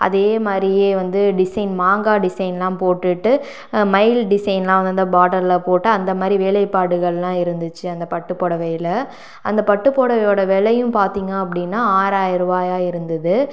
அதே மாரியே வந்து டிசைன் மாங்காய் டிசைன்லாம் போட்டுகிட்டு மயில் டிசைன்லாம் வந்து அந்த பார்டரில் போட்டு அந்த மாரி வேலைப்பாடுகள்லாம் இருந்துச்சு அந்த பட்டுப்புடவையில அந்த பட்டுப்புடவையோட விலையும் பார்த்தீங்க அப்படின்னா ஆறாயிர ரூவாயாக இருந்துது